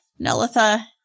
Nelitha